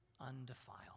undefiled